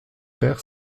perd